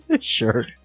Sure